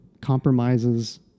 compromises